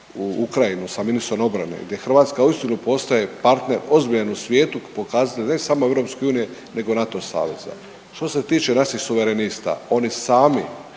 u Ukrajinu sa ministrom obrane, gdje Hrvatska uistinu postaje partner ozbiljan u svijetu, pokazatelj ne samo EU nego NATO saveza. Što se tiče naših Suverenista oni sami